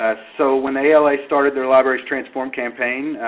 ah so when the ala started their libraries transform campaign,